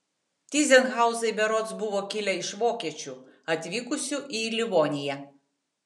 tyzenhauzai berods buvo kilę iš vokiečių atvykusių į livoniją